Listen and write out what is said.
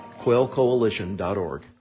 quailcoalition.org